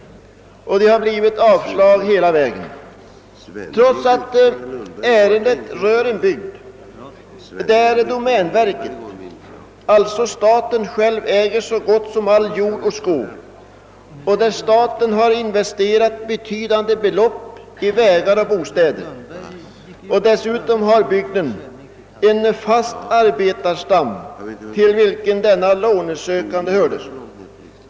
Det har blivit avslag hela vägen, trots att ärendet rör en bygd där domänverket — alltså staten själv äger så gott som all jord och skog och där staten har investerat betydande belopp i vägar och bostäder. Dessutom har bygden en fast arbetarstam, till vilken denne lånesökande hörde.